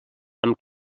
amb